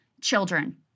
children